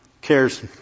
Cares